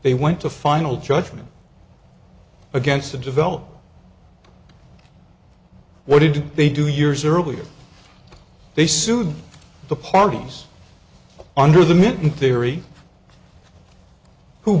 they went to final judgment against the developer what did they do years earlier they sued the parties under the mitten theory who